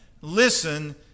Listen